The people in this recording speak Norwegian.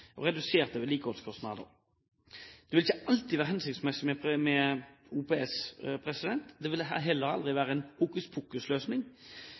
og reduserte vedlikeholdskostnader. Det vil ikke alltid være hensiktsmessig med OPS. Det vil heller aldri